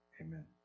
Amen